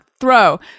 throw